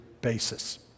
basis